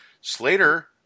Slater